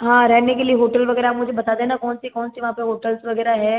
हाँ रहने के लिए होटल वगैरह आप मुझे बता देना कौन से कौन से वहाँ पे होटल्स वगैरह है